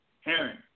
Herring